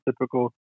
typical